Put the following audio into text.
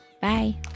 Bye